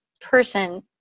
person